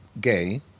gay